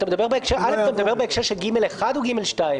אתה מדבר בהקשר של (ג)(1) או (ג)(2)?